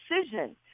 decision